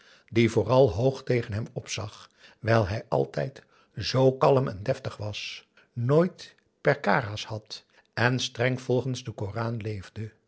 die vooral hoog tegen hem opzag wijl aum boe akar eel hij altijd zoo kalm en deftig was nooit perkara's had en streng volgens den koran leefde